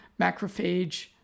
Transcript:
macrophage